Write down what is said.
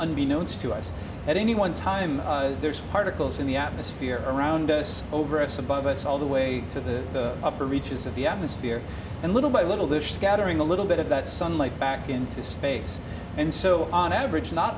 unbeknownst to us at any one time there's particles in the atmosphere around us over us above us all the way to the upper reaches of the atmosphere and little by little dish scattering a little bit of that sunlight back into space and so on average not